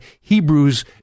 Hebrew's